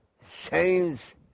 saints